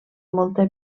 molta